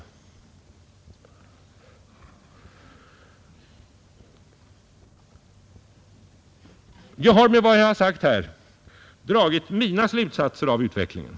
Jag har med vad jag sagt dragit mina slutsater av utvecklingen.